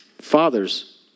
father's